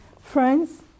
Friends